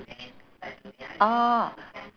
orh